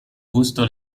gusto